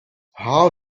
how